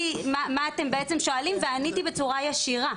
מה אתם בעצם שואלים ועניתי בצורה ישירה.